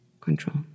control